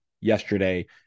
yesterday